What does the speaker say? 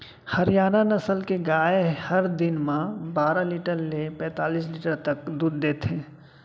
हरियाना नसल के गाय हर दिन म बारा लीटर ले पैतालिस लीटर तक दूद देथे